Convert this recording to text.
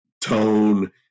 tone